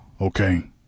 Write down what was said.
Okay